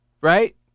right